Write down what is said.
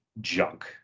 junk